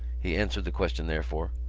he answered the question, therefore,